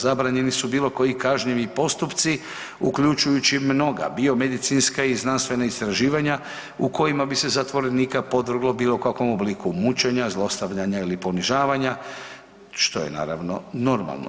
Zabranjeni su bilo koji kažnjivi postupci uključujući mnoga biomedicinska i znanstvena istraživanja u kojima bi se zatvorenika podvrglo bilo kakvom obliku mučenja, zlostavljanja ili ponižavanja“ što je naravno normalno.